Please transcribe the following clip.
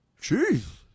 Jeez